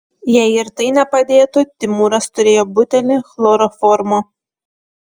jei ir tai nepadėtų timūras turėjo butelį chloroformo